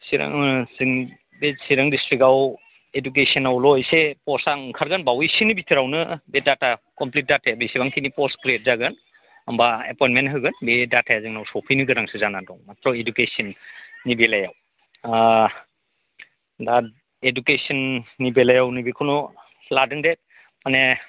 सिरां जोंनि बे जोंनि सिरां दिस्ट्रिखाव एदुकेसनावल' एसे फसआ ओंखारगोन बावैसोनि बिथोरावनो बे दाटा खमफ्लिट दाटाया बिसिबांखिनि फस क्रिएट जागोन होमबा एफइन्तमेन्ट होगोन बे दाटाया जोंनाव सफैनो गोनांसो जाना दं माथ्र इदुकेसननि बेलायाव ओ दा एदुकेसननि बेलायाव नैबेखौनो लादों दे माने